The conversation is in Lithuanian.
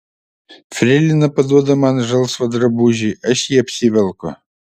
freilina paduoda man žalsvą drabužį aš jį apsivelku